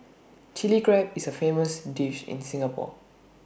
Chilli Crab is A famous dish in Singapore